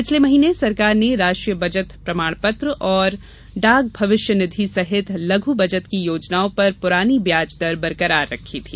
पिछले महीने सरकार ने राष्ट्रीय बचत प्रमाणपत्र और डाक भविष्य निधि सहित लघु बचत की योजनाओं पर पुरानी व्याज दर बरकरार रखी थी